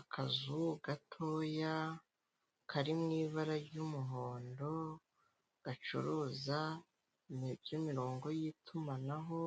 Akazu gatoya kari mu ibara ry'umuhondo gacuruza ibi by'imirongo y'itumanaho,